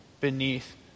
beneath